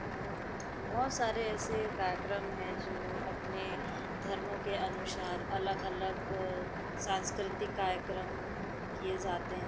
और बहुत सारे ऐसे कार्यक्रम है जो अपने धर्मों के अनुसार अलग अलग संस्कृतिक कार्यक्रम किए ज़ाते हैं